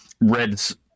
Reds